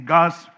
God's